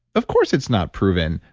of course, it's not proven,